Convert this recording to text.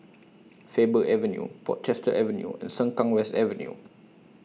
Faber Avenue Portchester Avenue and Sengkang West Avenue